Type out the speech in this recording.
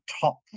top